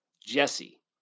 Jesse